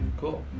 Cool